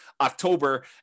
October